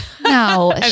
No